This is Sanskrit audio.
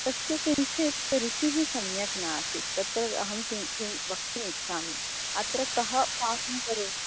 तस्य किञ्चित् रुचिः सम्यक् नासीत् तत्तद् अहं किं किं वक्तुमिच्छामि अत्र कः पाकं करोति